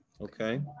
okay